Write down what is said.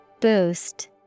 Boost